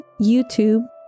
YouTube